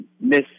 miss